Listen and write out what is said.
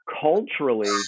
culturally